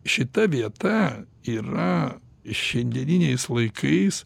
šita vieta yra šiandieniniais laikais